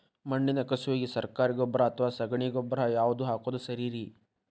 ಮಣ್ಣಿನ ಕಸುವಿಗೆ ಸರಕಾರಿ ಗೊಬ್ಬರ ಅಥವಾ ಸಗಣಿ ಗೊಬ್ಬರ ಯಾವ್ದು ಹಾಕೋದು ಸರೇರಿ?